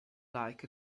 like